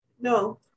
No